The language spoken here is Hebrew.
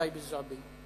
בטייבה ובטייבה-זועבי.